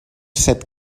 set